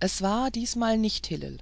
es war diesmal nicht hillel